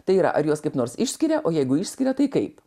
tai yra ar juos kaip nors išskiria o jeigu išskiria tai kaip